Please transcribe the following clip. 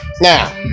now